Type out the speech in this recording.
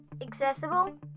accessible